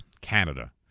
Canada